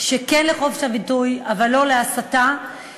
כן לחופש הביטוי אבל לא להסתה,